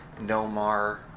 Nomar